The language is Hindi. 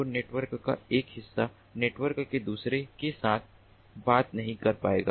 तो नेटवर्क का एक हिस्सा नेटवर्क के दूसरे हिस्से के साथ बात नहीं कर पाएगा